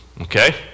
Okay